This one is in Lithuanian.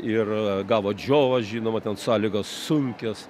ir gavo džiovą žinoma ten sąlygos sunkios